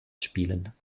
spielen